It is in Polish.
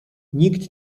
nikt